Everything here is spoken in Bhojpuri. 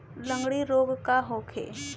लगंड़ी रोग का होखे?